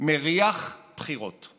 מריח בחירות.